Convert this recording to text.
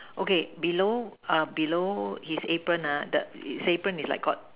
okay below uh below his apron uh the his apron is like got